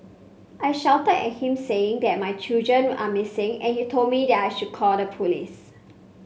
I shouted at him saying that my children are missing and he told me that I should call the police